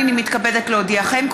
הינני מתכבדת להודיעכם,